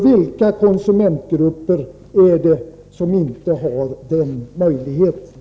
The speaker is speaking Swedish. Vilka konsumentgrupper är det som inte har den möjligheten?